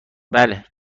بله